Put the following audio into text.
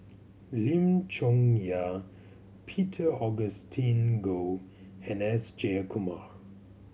Lim Chong Yah Peter Augustine Goh and S Jayakumar